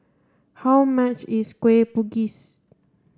how much is Kueh Bugis